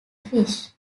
fish